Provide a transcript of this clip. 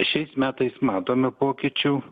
šiais metais matome pokyčių